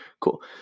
Cool